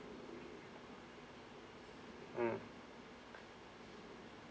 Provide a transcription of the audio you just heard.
mm